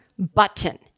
Button